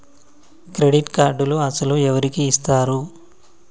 Credit కార్డులు అసలు ఎవరికి ఇస్తారు?